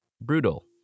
brutal